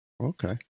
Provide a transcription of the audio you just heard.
okay